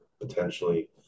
potentially